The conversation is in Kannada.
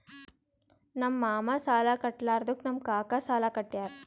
ನಮ್ ಮಾಮಾ ಸಾಲಾ ಕಟ್ಲಾರ್ದುಕ್ ನಮ್ ಕಾಕಾ ಸಾಲಾ ಕಟ್ಯಾರ್